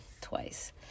Twice